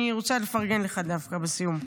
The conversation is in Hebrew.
אני רוצה לפרגן לך דווקא בסיום.